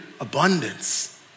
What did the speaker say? abundance